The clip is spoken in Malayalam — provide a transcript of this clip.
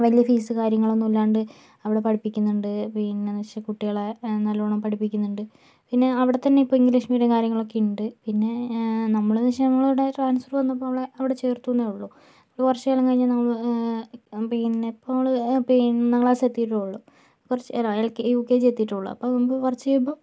വലിയ ഫീസ് കാര്യങ്ങൾ ഒന്നും ഇല്ലാണ്ട് അവിടെ പഠിപ്പിക്കുന്നുണ്ട് പിന്നെ എന്ന് വെച്ചിട്ടുണ്ടെങ്കിൽ കുട്ടികളെ നല്ലോണം പഠിപ്പിക്കുന്നുണ്ട് പിന്നെ അവിടെ തന്നെ ഇപ്പോൾ ഇംഗ്ലീഷ് മീഡിയം കാര്യങ്ങളൊക്കെ ഉണ്ട് പിന്നെ നമ്മൾ എന്ന് വെച്ചാൽ നമ്മൾ അവിടെ ട്രാൻസ്ഫർ വന്നപ്പോൾ അവളെ അവിടെ ചേർത്തു എന്നെ ഉള്ളു ഒരു വർഷമെല്ലാം കഴിഞ്ഞ് പിന്നെ ഇപ്പോൾ അവൾ പിന്നെ ഒന്നാം ക്ലാസ് എത്തിയതേ ഉള്ളു അല്ല കുറച്ച് എൽ യു കെ ജി എത്തിയിട്ടേ ഉള്ളു നമുക്ക് കുറച്ച് കഴിയുമ്പോൾ